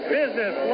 business